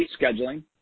scheduling